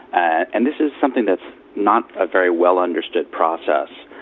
ah and this is something that's not a very well understood process.